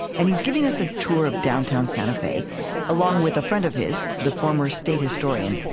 and he's giving us a tour of downtown santa fe along with a friend of his, the former state historian,